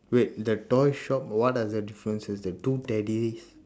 wait the toy shop what are the differences the two teddies